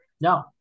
No